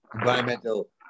environmental